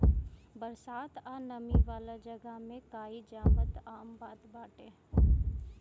बरसात आ नमी वाला जगह में काई जामल आम बात बाटे